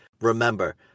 remember